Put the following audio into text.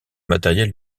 matériel